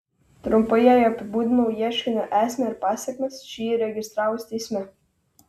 trumpai jai apibūdinau ieškinio esmę ir pasekmes šį įregistravus teisme